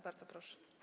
Bardzo proszę.